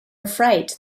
afraid